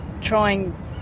trying